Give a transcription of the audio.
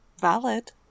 Valid